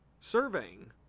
Surveying